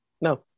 No